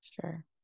Sure